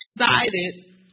excited